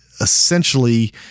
essentially